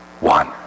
one